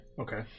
Okay